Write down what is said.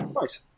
Right